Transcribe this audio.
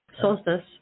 solstice